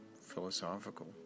philosophical